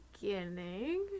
beginning